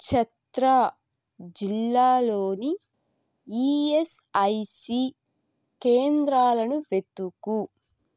ఛత్రా జిల్లాలోని ఈయస్ఐసి కేంద్రాలను వెతుకు